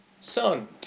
son